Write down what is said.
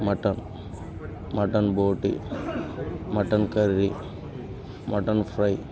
mutton mutton boti mutton curry mutton fry